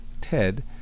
TED